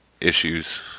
issues